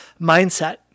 mindset